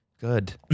Good